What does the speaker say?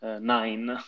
nine